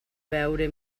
veure